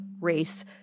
race